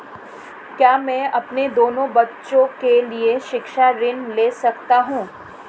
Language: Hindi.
क्या मैं अपने दोनों बच्चों के लिए शिक्षा ऋण ले सकता हूँ?